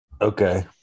Okay